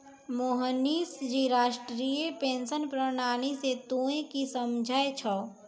मोहनीश जी राष्ट्रीय पेंशन प्रणाली से तोंय की समझै छौं